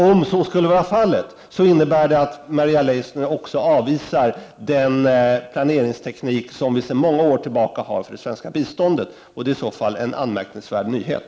Om så skulle vara fallet innebär det att Maria Leissner också avvisar den planeringsteknik som vi sedan många år tillbaka använder vad gäller det svenska biståndet. Det är i så fall en anmärkningsvärd nyhet.